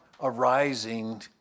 arising